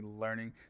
learning